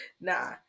Nah